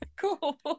cool